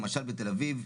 למשל בתל-אביב,